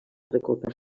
recopa